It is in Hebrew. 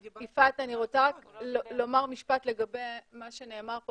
יפעת, אני רוצה לומר משפט לגבי מה שנאמר פה